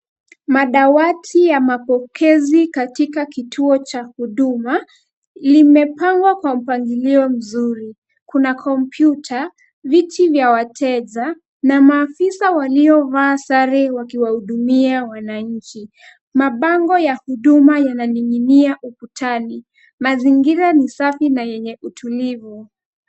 Madawati ya mapokezi katika kituo cha huduma limepangwa kwa mpangilio mzuri. Kuna kompyuta, viti vya wateja na maafisa waliovaa sare wakiwahudumia wananchi. Mabango ya huduma yananing'inia ukutani. Mazingira ni safi na yenye utulivu.